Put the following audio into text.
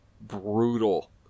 brutal